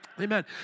Amen